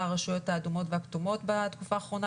הרשויות האדומות והכתומות בתקופה האחרונה,